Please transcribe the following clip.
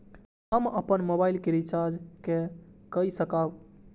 हम अपन मोबाइल के रिचार्ज के कई सकाब?